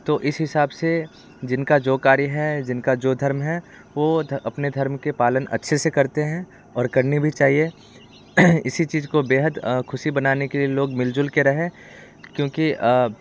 तो इस हिसाब से जिनका जो कार्य है जिनका जो धर्म है वो धर्म अपने धर्म के पालन के पालन अच्छे से करते हैं और करनी भी चाहिए इसी चीज को बेहद ख़ुशी बनाने के लिए लोग मिलजुल के रहें क्योंकि अब